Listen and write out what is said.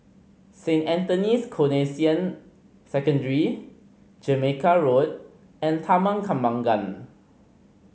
Saint Anthony's Canossian Secondary Jamaica Road and Taman Kembangan